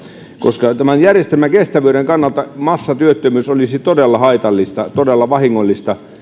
koska järjestelmän kestävyyden kannalta massatyöttömyys olisi todella haitallista todella vahingollista